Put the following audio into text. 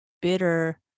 bitter